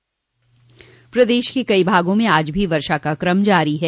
प्रदेश के कई भागों मे आज भी वर्षा का कम जारी है